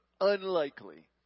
Unlikely